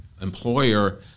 employer